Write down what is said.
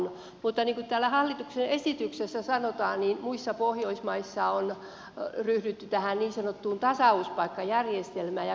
mutta niin kuin täällä hallituksen esityksessä sanotaan muissa pohjoismaissa on ryhdytty tähän niin sanottuun tasauspaikkajärjestelmään ja kysyisinkin